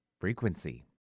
Frequency